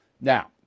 Now